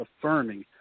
affirming